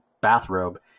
bathrobe